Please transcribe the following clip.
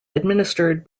administered